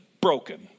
broken